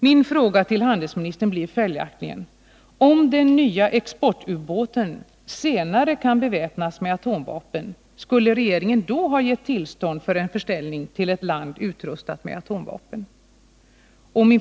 Min fråga till handelsministern blir följaktligen: Om den nya exportubåten senare kan beväpnas med atomvapen, skulle regeringen då ge tillstånd för en försäljning till ett land som är utrustat med atomvapen?